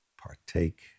Partake